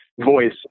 voice